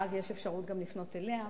ואז יש אפשרות גם לפנות אליה,